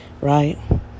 right